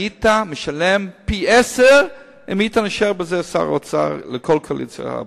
היית משלם פי-עשרה אם היית נשאר שר האוצר בקואליציה הבאה.